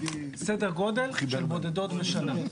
סדר גודל של בודדות בשנה.